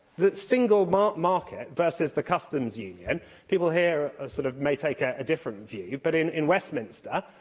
the single market market versus the customs union people here ah sort of may take a different view, but, in westminster,